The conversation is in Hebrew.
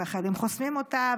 והחיילים חוסמים אותה,